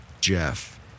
Jeff